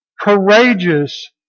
courageous